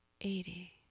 eighty